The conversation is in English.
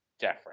Jeffrey